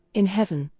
in heaven,